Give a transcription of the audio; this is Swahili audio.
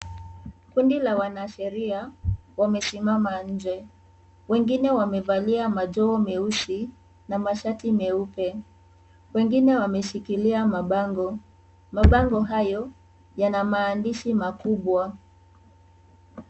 Kundi ya wanasheria wamesimama nje. Wengine wamevalia majoho meusi na mashati meupe. Wengine wameshikilia mabango, mabango hayo Yana maandishi makubwa.